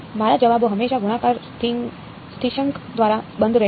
મારા જવાબો હંમેશા ગુણાકાર સ્થિરાંક દ્વારા બંધ રહેશે